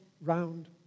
round